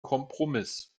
kompromiss